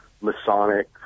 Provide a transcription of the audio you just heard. Masonic